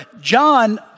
John